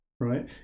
right